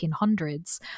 1800s